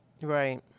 Right